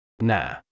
Nah